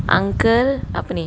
uncle apa ni